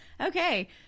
Okay